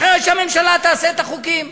אחרת, שהממשלה תעשה את החוקים.